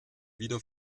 wieder